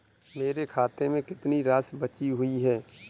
मेरे खाते में कितनी राशि बची हुई है?